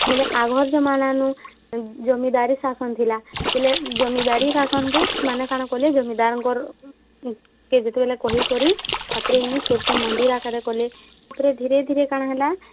ବେଲେ ଆଗର୍ ଜମାନାନୁ ଜମିଦାରୀ ଶାସନ୍ ଥିଲା ବେଲେ ଜମିଦାରୀ ଶାସନ୍ରେ ସେମାନେ କାଣା କଲେ ଜମିଦାର୍ଙ୍କର୍ କେ ସେତେବେଲେ କହିକରି ତାପରେ ଇନୁ ଛୋଟ୍ଟେ ମନ୍ଦିର୍ ଆକାରରେ କଲେ ତା' ପରେ ଧୀରେ ଧୀରେ କାଣା ହେଲା